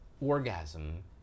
orgasm